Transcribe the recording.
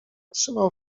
trzymał